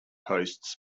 posts